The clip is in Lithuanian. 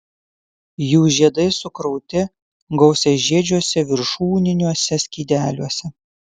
jų žiedai sukrauti gausiažiedžiuose viršūniniuose skydeliuose